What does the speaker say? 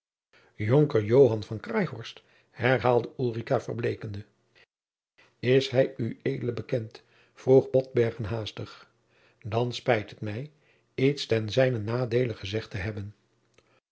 craeyhorst herhaalde ulrica verbleekende is hij ued bekend vroeg botbergen haastig dan spijt het mij iets ten zijnen nadeele gezegd te hebben